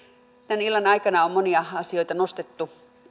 tämän illan aikana on monia asioita nostettu